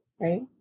right